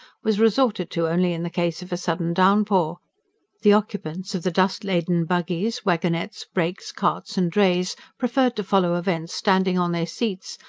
was resorted to only in the case of a sudden downpour the occupants of the dust-laden buggies, wagonettes, brakes, carts and drays preferred to follow events standing on their seats,